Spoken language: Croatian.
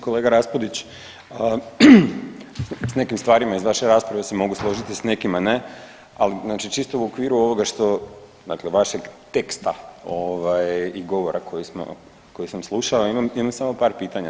Kolega Raspudić, s nekim stvarima iz vaše rasprave se mogu složiti, s nekima ne, ali znači čisto u okviru ovoga što dakle vašeg teksta ovaj i govora koji sam slušao imam, imam samo par pitanja.